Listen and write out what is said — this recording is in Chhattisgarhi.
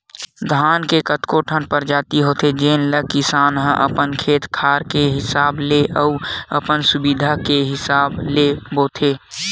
धान के कतको ठन परजाति होथे जेन ल किसान ह अपन खेत खार के हिसाब ले अउ अपन सुबिधा के हिसाब ले बोथे